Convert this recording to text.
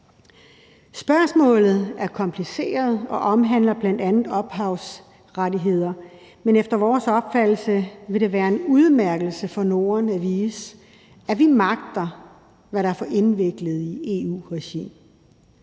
Spørgsmålet er kompliceret og omhandler bl.a. ophavsrettigheder, men efter vores opfattelse vil det være en udmærkelse for Norden at vise, at vi magter, hvad der er for indviklet i EU-regi.